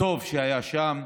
הטוב שהיה שם,